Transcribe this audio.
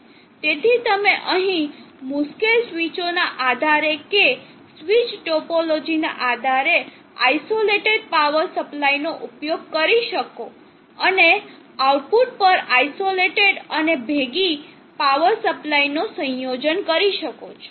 તેથી તમે અહીં મુકેલી સ્વીચો ના આધારે કે સ્વીચ ટોપોલોજીના આધારે આઇસોલેટેડ પાવર સપ્લાયનો ઉપયોગ કરી શકો અને આઉટપુટ પર આઇસોલેટેડ અને ભેગી પાવર સપ્લાયનો સંયોજન કરી શકો છો